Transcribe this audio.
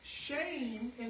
shame